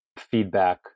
feedback